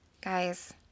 Guys